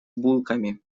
булками